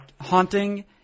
haunting